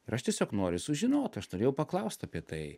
ir aš tiesiog noriu sužinot aš norėjau paklaust apie tai